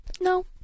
No